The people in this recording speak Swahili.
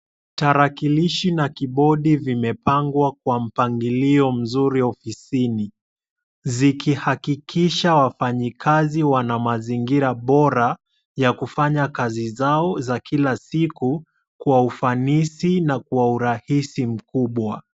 Tarakilishi na kibodi vimepangwa kwa mpangilio mzuri ofisini, zikihakikisha wafanyikazi wana mazingira bora ya kufanya kazi zao za kila siku kwa ufanisi na kwa urahisi mkubwa.